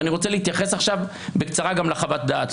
ואני רוצה להתייחס עכשיו בקצרה גם לחוות הדעת,